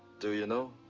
do you know?